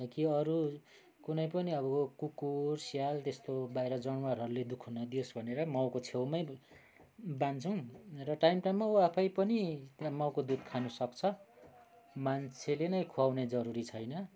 ता कि अरू कुनै पनि अब कुकुर स्याल त्यस्तो बाहिर जनावरहरूले दु ख नदियोस् भनेर माउको छेउमै बाँध्छौँ र टाइम टाइममा उ आफै पनि माउको दुध खान सक्छ मान्छेले नै खुवाउने जरुरी छैन